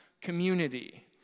community